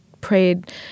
prayed